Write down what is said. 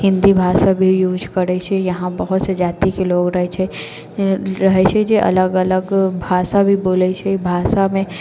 हिन्दी भाषा भी यूज करैत छै यहाँ बहुत से जातिके लोग रहैत छै रहैत छै जे अलग अलग भाषा भी बोलैत छै भाषामे